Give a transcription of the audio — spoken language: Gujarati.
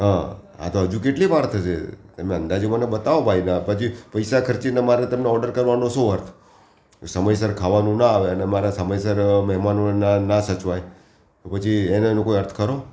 હં હા તો હજુ કેટલી વાર થશે તમે અંદાજે મને બતાવો ભાઈ આ પછી પૈસા ખર્ચીને મારે તમને ઓર્ડર કરવાનો શું અર્થ સમયસર ખાવાનું ના આવે અને મારે સમયસર મેહમાનોને ના ના સચવાય તો પછી એને એનો કોઈ અર્થ ખરો